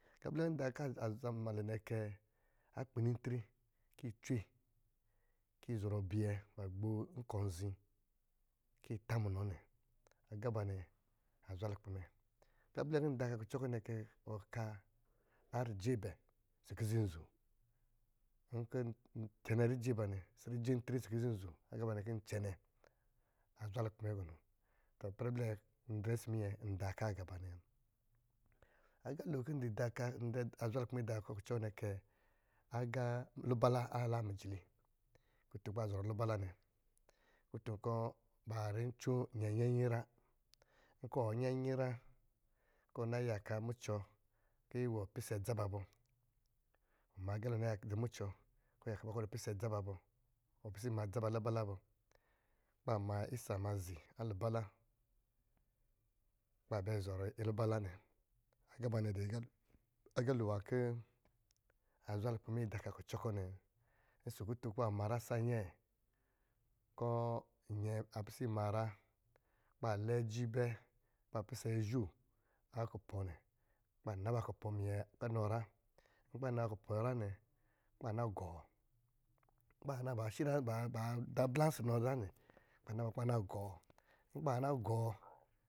Agá blɛ kɔ̄ nda kɔ̄ a zamnmalɛ nɛ kɛ. akpiniritri kɔ̄ yi cwe, kɔ̄ yi zɔrɔ biyɛ ba gbo nkɔ̄ anzi kɔ̄ yi tá munɔ nɛ, agá ba nɛ azwa lukpɛ mɛ. Agá blɛ kɔ̄ nda ka kucɔ kɔ̄ kɛ ɔka a rije abɛ ɔsɔ̄ kizi nzɔ̄ nkɔ̄ ncɛnɛ rije abanɛ, rijentri ɔsɔ̄ kiziz nzɔ̄, agá abanɛ kɔ̄ ncɛne, azwa lukpɛ mɛ gɔnɔ, tɔ mpɛrɛ ndrɛ ɔsɔ̄ minyɛ nda ka agá aba nɛ wa. Agalo kɔ̄ n da ka ndrɛ azwa lukpɛ mɛ idaka kucɔ kɔ̄ kɛ, lubala a la mijili, kutun kɔ̄ ba zɔrɔ lubala nɛ, kutun kɔ̄ ba ri ncóó, nyɛ a nyɛ inyi a nyrá, nkɔ̄ ɔ nyɛnyi a nyrá kɔ̄ ɔ na yaka mucɔ, kɔ̄ iwɔ pisɛ dza ba bo- ɔ ma agá lo na dɔ mucɔ, kɔ̄ yaka ba kɔ̄ ɔ dɔ̄ pisɛ dza ba bɔ, ɔ pisɛ ima dza ba bubala bɔ, kɔ̄ ba ma isa ma zi lubala kɔ̄ lubala kɔ̄ ba bɛ zɔrɔ lubala nɛ, agá ba nɛ, dɔ̄ agalo nwá kɔ̄ azwa lukpɛ mɛ ida ɔka kucɔ kɔ̄ nɛ wa. Ɔsɔ̄ kutun ba ma nyra sa nnyɛɛ, kɔ̄ nnyɛ a pisɛ ima nyrá kɔ̄ ba lɛ aji bɛ, kɔ̄ ba pisɛ azho a kupɔ̄ nɛ, kɔ̄ ba na, ba kupɔ̄ minyɛ a nɔ nyrá nkɔ̄ ba na ba lupɔ̄ a nyrá nɛ, kɔ̄ ba na gɔɔ, nkɔ̄ ba na bashi ba-ba da blá ɔsɔ̄ nɔ zaa nɛ, kɔ̄ ba na ba kɔ̄ ba na gɔɔ, nkɔ̄ baa na gɔɔ.